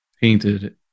painted